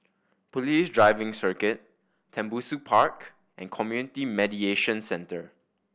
Police Driving Circuit Tembusu Park and Community Mediation Center